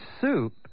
soup